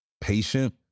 patient